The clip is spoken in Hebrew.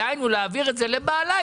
דהיינו להעביר את זה לבעלה,